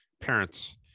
parents